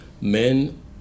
Men